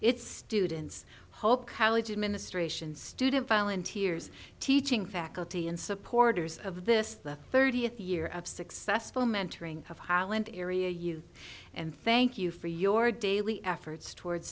its students hope college administration student volunteers teaching faculty and supporters of this the thirtieth year of successful mentoring of highland area you and thank you for your daily efforts towards